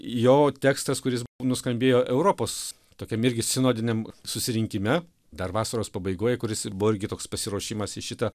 jo tekstas kuris nuskambėjo europos tokiam irgi sinodiniam susirinkime dar vasaros pabaigoj kuris buvo irgi toks pasiruošimas į šitą